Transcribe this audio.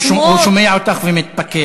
שהשמועות, הוא שומע אותך ומתפקע.